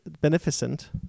beneficent